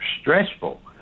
stressful